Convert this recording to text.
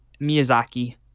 Miyazaki